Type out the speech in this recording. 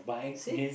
see